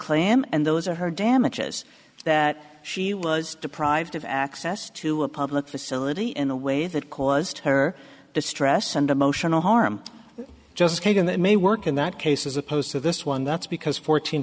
claim and those are her damages that she was deprived of access to a public facility in a way that caused her distress and emotional harm just skating that may work in that case as opposed to this one that's because fourteen